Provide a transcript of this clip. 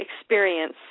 experience